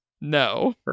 No